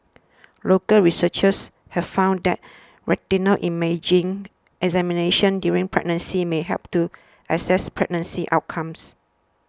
local researchers have found that retinal imaging examinations during pregnancy may help to assess pregnancy outcomes